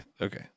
okay